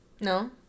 No